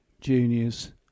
juniors